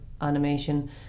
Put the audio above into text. animation